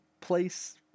place